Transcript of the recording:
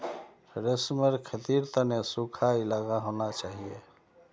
रेशमेर खेतीर तने सुखा इलाका होना चाहिए